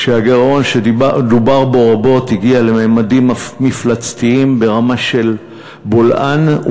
כשהגירעון שדובר בו רבות הגיע לממדים מפלצתיים ברמה של בולען,